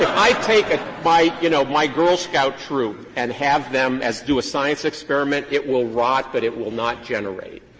i take ah my you know, my girl scout troop and have them do a science experiment, it will rot but it will not generate.